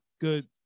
good